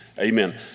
Amen